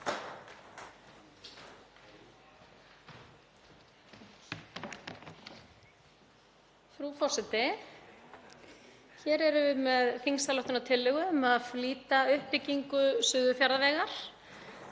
Frú forseti. Hér erum við með þingsályktunartillögu um að flýta uppbyggingu Suðurfjarðavegar,